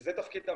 וזה תפקידם,